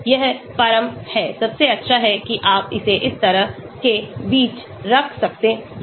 यह परम है सबसे अच्छा है कि आप इसे इस तरह के बीच रख सकते हैं